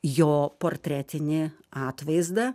jo portretinį atvaizdą